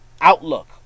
outlook